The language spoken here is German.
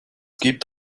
gibt